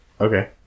Okay